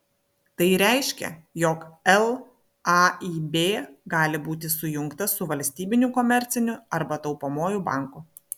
tai reiškia jog laib gali būti sujungtas su valstybiniu komerciniu arba taupomuoju banku